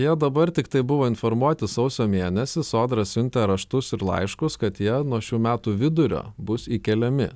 jie dabar tiktai buvo informuoti sausio mėnesį sodra siuntė raštus ir laiškus kad jie nuo šių metų vidurio bus įkeliami